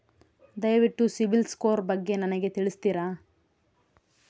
ದಯವಿಟ್ಟು ಸಿಬಿಲ್ ಸ್ಕೋರ್ ಬಗ್ಗೆ ನನಗೆ ತಿಳಿಸ್ತೀರಾ?